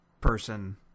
person